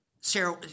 Sarah